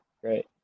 Great